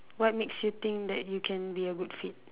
what makes you think that you can be a good fit